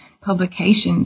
publications